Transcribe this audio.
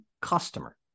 customer